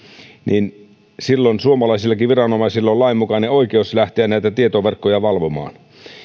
niin silloin suomalaisillakin viranomaisilla on lainmukainen oikeus lähteä näitä tietoverkkoja valvomaan